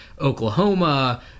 Oklahoma